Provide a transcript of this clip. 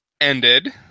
ended